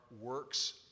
works